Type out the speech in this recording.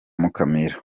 mukamira